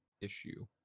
issue